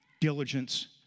diligence